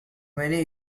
many